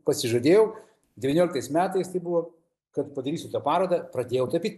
pasižadėjau devynioliktais metais tai buvo kad padarysiu tą parodą pradėjau tapyt